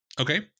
Okay